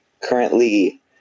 currently